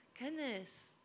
goodness